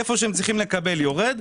היכן שהם צריכים לקבל יורד,